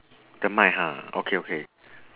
the mic ha okay okay